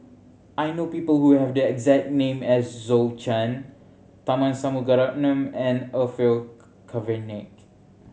I know people who have the exact name as Zhou Can Tharman Shanmugaratnam and Orfeur Cavenagh